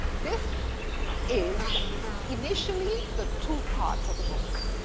this is initially the two parts of the book.